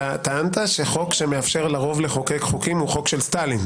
טענת שחוק שמאפשר לרוב לחוקק חוקים הוא חוק של סטלין.